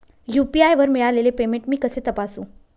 UPI वर मिळालेले payment मी कसे तपासू?